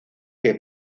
que